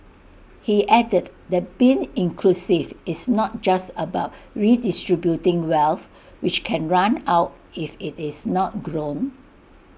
he added that being inclusive is not just about redistributing wealth which can run out if IT is not grown